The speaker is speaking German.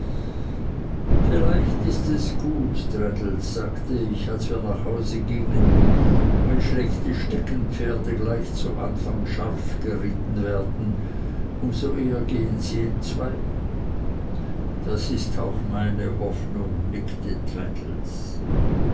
vielleicht ist es gut traddles sagte ich als wir nach hause gingen wenn schlechte steckenpferde gleich zu anfang scharf geritten werden um so eher gehen sie entzwei das ist auch meine hoffnung nickte